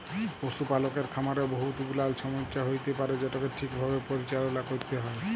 পশুপালকের খামারে বহুত গুলাল ছমচ্যা হ্যইতে পারে যেটকে ঠিকভাবে পরিচাললা ক্যইরতে হ্যয়